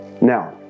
Now